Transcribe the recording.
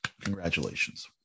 congratulations